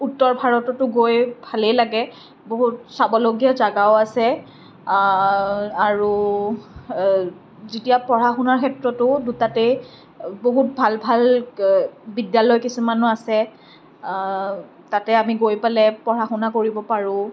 উত্তৰ ভাৰততো গৈ ভালেই লাগে বহুত চাবলগীয়া জেগাও আছে আৰু যেতিয়া পঢ়া শুনাৰ ক্ষেত্ৰতো দুটাতেই বহুত ভাল ভাল বিদ্যালয় কিছুমানো আছে তাতে আমি গৈ পেলাই পঢ়া শুনা কৰিব পাৰোঁ